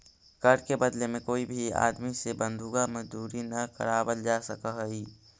कर के बदले में कोई भी आदमी से बंधुआ मजदूरी न करावल जा सकऽ हई